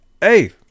hey